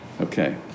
Okay